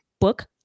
book